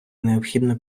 необхідно